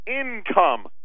income